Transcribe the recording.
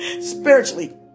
spiritually